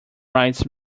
rights